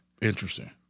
Interesting